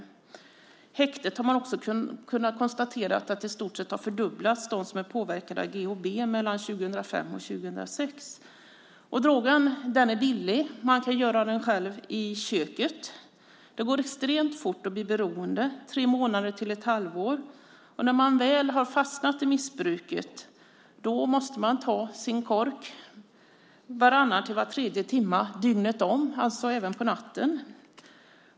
Vid häktet har man också kunnat konstatera att antalet påverkade av GHB i stort sett har fördubblats mellan 2005 och 2006. Drogen är billig. Man kan tillverka den själv i köket. Det går extremt fort att bli beroende. Det tar tre månader till ett halvår. Och när man väl har fastnat i missbruket måste man ta sin kapsyl varannan till var tredje timme dygnet runt, alltså även på natten.